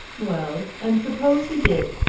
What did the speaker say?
well, and suppose he did?